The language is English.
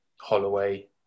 Holloway